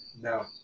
No